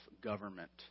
government